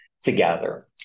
together